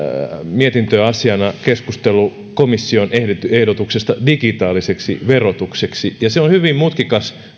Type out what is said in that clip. mietintöasiana keskustelu komission ehdotuksesta digitaaliseksi verotukseksi se on hyvin mutkikas